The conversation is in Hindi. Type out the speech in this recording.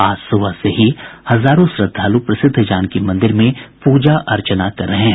आज सुबह से ही हजारों श्रद्वालु प्रसिद्ध जानकी मंदिर में पूजा अर्चना कर रहे हैं